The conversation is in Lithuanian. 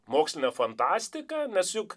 mokslinę fantastiką nes juk